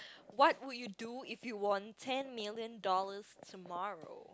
what would you do if you won ten million dollars tomorrow